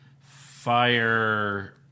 Fire